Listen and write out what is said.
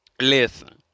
listen